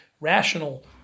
rational